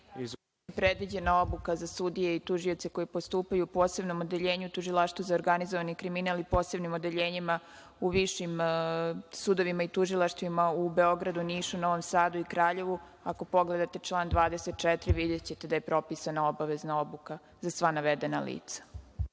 predviđena obuka za sudije i tužioce koji postupaju u Posebnom odeljenju u Tužilaštvu za organizovani kriminal i posebnim odeljenjima u višim sudovima i tužilaštvima u Beogradu, Nišu, Novom Sadu i Kraljevu. Ako pogledate član 24, videćete da je propisana obavezna obuka za sva navedena lica.